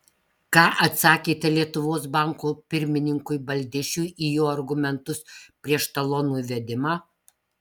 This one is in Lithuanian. ką atsakėte lietuvos banko pirmininkui baldišiui į jo argumentus prieš talonų įvedimą